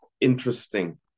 interesting